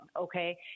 okay